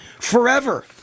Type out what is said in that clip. Forever